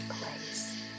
place